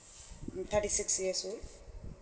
mm thirty six years old